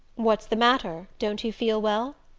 what's the matter? don't you feel well?